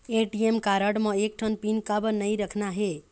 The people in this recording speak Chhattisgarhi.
ए.टी.एम कारड म एक ठन पिन काबर नई रखना हे?